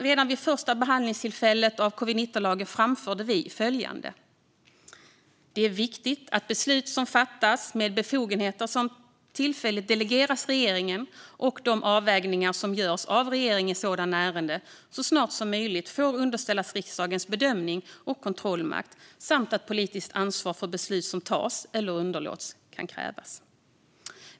Redan vid första behandlingstillfället av covid-19-lagen framförde vi följande: "Det är också viktigt att beslut som fattas med befogenheter som tillfälligt delegeras regeringen och de avvägningar som görs av regeringen i sådana ärenden så snart som möjligt får underställas riksdagens bedömning och kontrollmakt samt att politiskt ansvar för beslut som tas - eller underlåts - kan utkrävas."